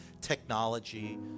technology